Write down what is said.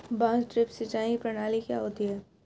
बांस ड्रिप सिंचाई प्रणाली क्या होती है?